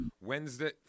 Wednesday